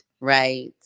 Right